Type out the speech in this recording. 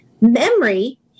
Memory